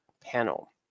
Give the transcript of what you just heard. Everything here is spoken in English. panel